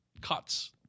cuts